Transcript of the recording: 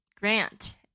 Grant